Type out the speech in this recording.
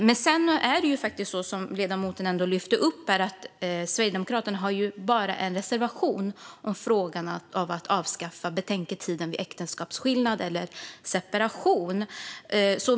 Men sedan är det faktiskt så som ledamoten tog upp här att Sverigedemokraterna bara har en reservation om frågan om att avskaffa betänketiden vid äktenskapsskillnad eller separation.